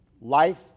life